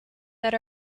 that